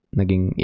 naging